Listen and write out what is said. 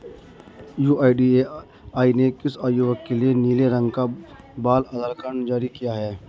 UIDAI ने किस आयु वर्ग के लिए नीले रंग का बाल आधार कार्ड जारी किया है?